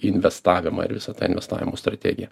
investavimą ir visą tą investavimo strategiją